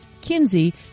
Kinsey